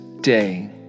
day